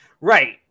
Right